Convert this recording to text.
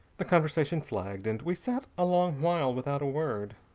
the conversation flagged, and we sat a long while without a word.